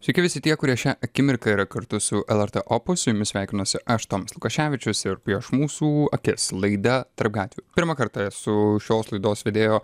sveiki visi tie kurie šią akimirką yra kartu su el er t opus su jumis sveikinuosi aš tomas lukoševičius ir prieš mūsų akis laida tarp gatvių pirmą kartą esu šios laidos vedėjo